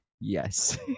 Yes